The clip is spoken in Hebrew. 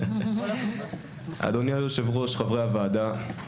אדוני היושב-ראש, חברי הכנסת,